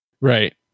Right